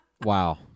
Wow